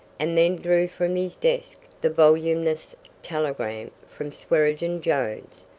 and then drew from his desk the voluminous telegram from swearengen jones.